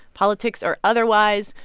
politics or otherwise.